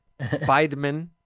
biden